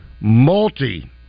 multi